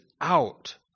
out